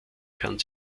kann